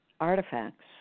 artifacts